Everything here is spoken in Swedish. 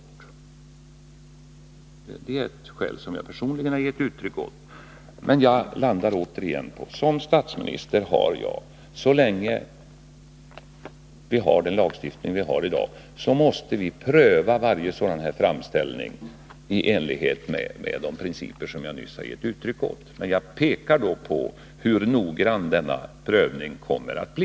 Det är ett skäl till att icke bryta uran som jag personligen gett uttryck åt. Men jag landar återigen på detta att som statsminister har jag, så länge vi har den lagstiftning vi har i dag, att pröva varje sådan här framställning i enlighet med de principer som jag nyss nämnt. Jag har därvid understrukit hur noggrann denna prövning kommer att bli.